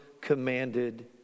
commanded